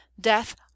death